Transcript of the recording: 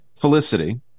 Felicity